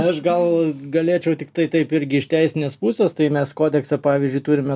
aš gal galėčiau tiktai taip irgi iš teisinės pusės tai mes kodeksą pavyzdžiui turime